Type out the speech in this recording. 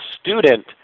student